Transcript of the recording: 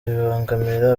bibangamira